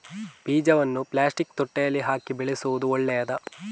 ಬೀಜವನ್ನು ಪ್ಲಾಸ್ಟಿಕ್ ತೊಟ್ಟೆಯಲ್ಲಿ ಹಾಕಿ ಬೆಳೆಸುವುದು ಒಳ್ಳೆಯದಾ?